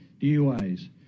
DUIs